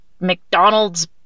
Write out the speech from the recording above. McDonald's